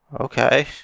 Okay